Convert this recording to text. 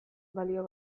balio